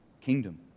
kingdom